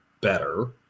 better